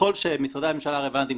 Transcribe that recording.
ככל שמשרדי הממשלה הרלוונטיים,